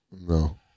No